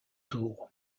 tour